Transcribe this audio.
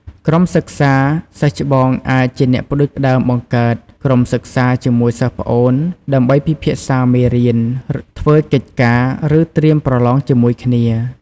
ក្រុមសិក្សា សិស្សច្បងអាចជាអ្នកផ្តួចផ្តើមបង្កើត ក្រុមសិក្សា ជាមួយសិស្សប្អូន ដើម្បីពិភាក្សាមេរៀន ធ្វើកិច្ចការ ឬត្រៀមប្រឡងជាមួយគ្នា។